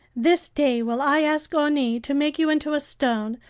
this day will i ask oni to make you into a stone,